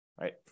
right